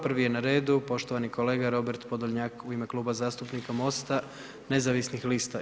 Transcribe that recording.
Prvi je na redu poštovani kolega Robert POdolnjak u ime Kluba zastupnika MOST-a nezavisnih lista.